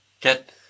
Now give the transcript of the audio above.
get